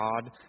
God